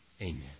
amen